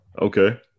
Okay